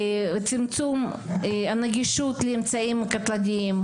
צמצום נגישות לאמצעים קטלניים,